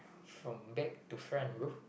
from back to front bro